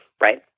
right